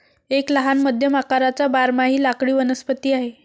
एक लहान मध्यम आकाराचा बारमाही लाकडी वनस्पती आहे